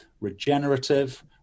regenerative